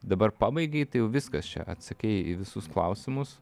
dabar pabaigei tai jau viskas čia atsakei į visus klausimus